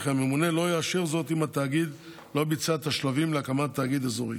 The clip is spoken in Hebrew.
וכי הממונה לא יאשר זאת אם התאגיד לא ביצע את השלבים להקמת תאגיד אזורי.